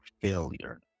failure